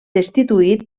destituït